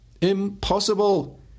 Impossible